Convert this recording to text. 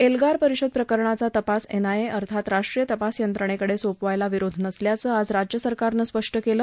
एल्गार परिषद प्रकरणाचा तपास एनआयए अर्थात राष्ट्रीय तपास यंत्रणेकडे सोपवायला विरोध नसल्याचं आज राज्य सरकारनं स्पष्ट केलं